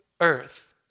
earth